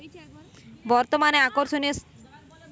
বর্তমানে আকর্ষনিয় সামাজিক প্রকল্প কোনটি?